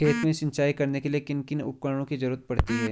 खेत में सिंचाई करने के लिए किन किन उपकरणों की जरूरत पड़ती है?